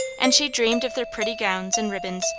and she dreamed of their pretty gowns and ribbons,